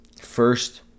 first